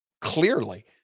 clearly